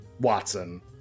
Watson